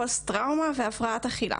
פוסט טראומה והפרעת אכילה.